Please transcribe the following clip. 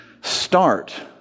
start